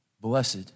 Blessed